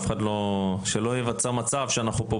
אני רק רוצה לומר לסיכום הדברים,